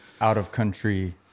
out-of-country